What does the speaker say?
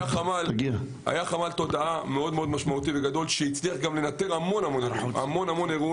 היה חמ"ל תודעה מאוד משמעותי וגדול שהצליח לנטר המון אירועים,